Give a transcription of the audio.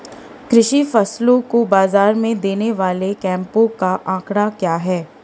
कृषि फसलों को बाज़ार में देने वाले कैंपों का आंकड़ा क्या है?